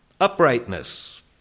Uprightness